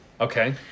Okay